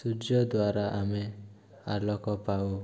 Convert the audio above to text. ସୂର୍ଯ୍ୟ ଦ୍ୱାରା ଆମେ ଆଲୋକ ପାଉ